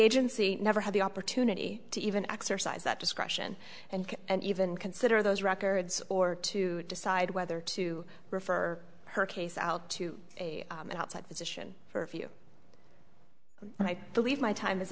agency never had the opportunity to even exercise that discretion and and even consider those records or to decide whether to refer her case out to outside physician for you and i believe my time is